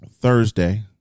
Thursday